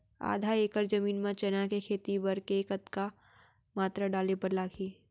आधा एकड़ जमीन मा चना के खेती बर के कतका मात्रा डाले बर लागही?